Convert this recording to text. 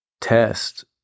test